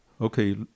Okay